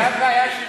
במילה זה היה שלשום.